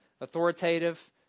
authoritative